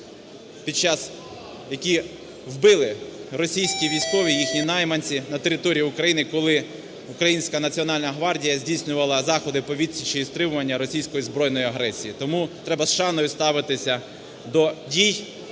під час… яких вбили російські військові, їхні найманці на території України, коли українська Національна гвардія здійснювала заходи по відсічі і стримуванні російської збройної агресії. Тому треба з шаною ставитися до дій,